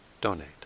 donate